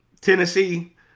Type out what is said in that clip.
Tennessee